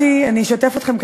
אני אשתף אתכם,